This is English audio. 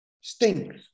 Stinks